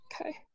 Okay